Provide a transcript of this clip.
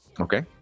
Okay